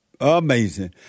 Amazing